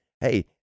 hey